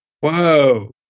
Whoa